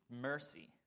mercy